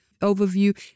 overview